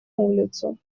улицу